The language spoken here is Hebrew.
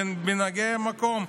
במנהיגי המקום,